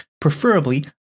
preferably